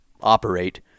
operate